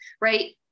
right